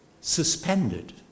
suspended